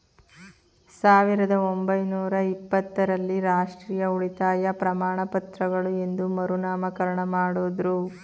ಸಾವಿರದ ಒಂಬೈನೂರ ಇಪ್ಪತ್ತ ರಲ್ಲಿ ರಾಷ್ಟ್ರೀಯ ಉಳಿತಾಯ ಪ್ರಮಾಣಪತ್ರಗಳು ಎಂದು ಮರುನಾಮಕರಣ ಮಾಡುದ್ರು